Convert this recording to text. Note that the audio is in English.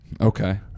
Okay